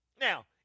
Now